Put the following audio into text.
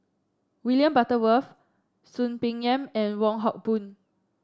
William Butterworth Soon Peng Yam and Wong Hock Boon